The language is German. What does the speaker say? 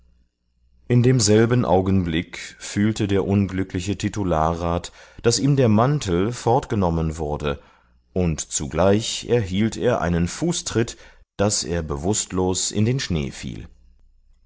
in demselben augenblick fühlte der unglückliche titularrat daß ihm der mantel fortgenommen wurde und zugleich erhielt er einen fußtritt daß er bewußtlos in den schnee fiel